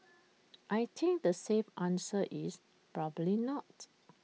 I think the safe answer is probably not